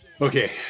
Okay